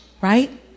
Right